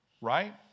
right